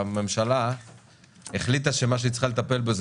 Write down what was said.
הממשלה החליטה שמה שהיא צריכה לטפל בזה,